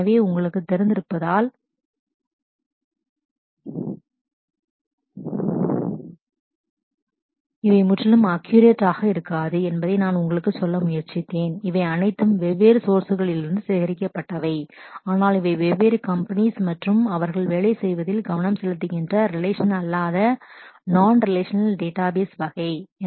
எனவே உங்களுக்குத் தெரிந்திருப்பதால் இவை முற்றிலும் அக்கியுரேட்ஆக accurate இருக்காது என்பதை நான் உங்களுக்கு சொல்ல முயற்சித்தேன் இவை அனைத்தும் வெவ்வேறு சோர்ஸ் களிலிருந்து source சேகரிக்கப்பட்டவை ஆனால் இவை வெவ்வேறு கம்பெனிஸ் மற்றும் அவர்கள் வேலை செய்வதில் கவனம் செலுத்துகின்ற ரிலேஷனல் அல்லாத நான் ரிலேஷனல் டேட்டாபேஸ் வகை non relational database